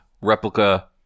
replica